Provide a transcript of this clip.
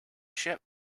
ship